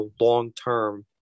long-term